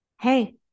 Hey